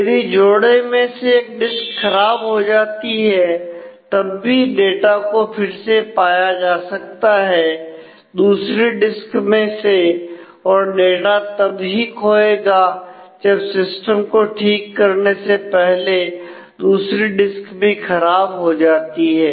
यदि जोड़े में से एक डिस्क खराब हो जाती है तब भी डाटा को फिर से पाया जा सकता है दूसरी डिस्क में से और डाटा तब ही खोयेगा जब सिस्टम को ठीक करने से पहले दूसरी डिस्क भी खराब हो जाती है